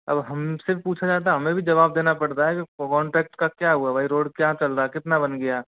अब हमसे पूछा जाता है हमें भी जवाब देना पड़ता है कॉन्ट्रैक्ट का क्या हुआ भई रोड क्या चल रहा है कितना बन गया